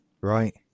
Right